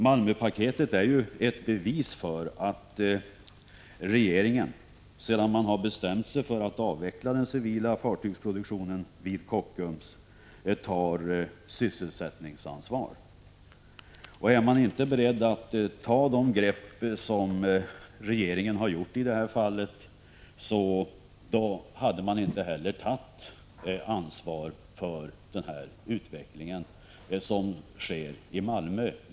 Malmöpaketet utgör ju ett bevis för att regeringen, sedan man bestämt sig för att avveckla den civila fartygsproduktionen vid Kockums, tar ett sysselsättningsansvar. Om regeringen inte hade varit beredd att ta de grepp som man i det här fallet har tagit, hade man inte heller tagit ett ansvar för utvecklingen i Malmö.